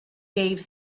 gave